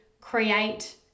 create